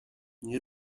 nie